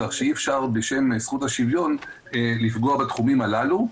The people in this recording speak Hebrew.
כך שאי-אפשר בשם זכות השוויון לפגוע בתחומים הללו.